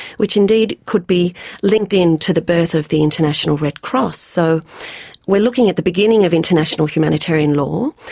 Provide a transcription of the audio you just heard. which indeed could be linked in to the birth of the international red cross. so we're looking at the beginning of international humanitarian law,